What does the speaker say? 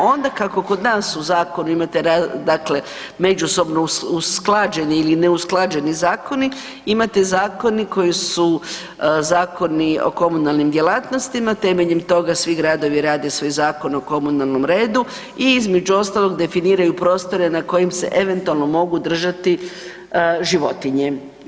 Onda kako kod nas u zakonu imate međusobno usklađeni ili neusklađeni zakoni imate zakoni koji su zakoni o komunalnim djelatnostima, temeljem toga svi gradovi rade svoj Zakon o komunalnom redu i između ostalog definiraju prostore na kojim se eventualno mogu držati životinje.